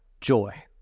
joy